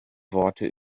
worte